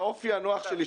האופי הנוח שלי,